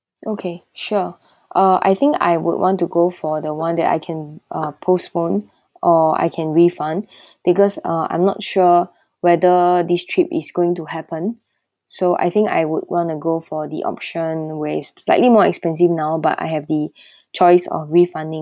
okay sure uh I think I would want to go for the one that I can uh postpone or I can refund because uh I'm not sure whether this trip is going to happen so I think I would want to go for the option where is slightly more expensive now but I have the choice of refunding